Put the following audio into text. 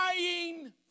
dying